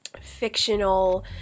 fictional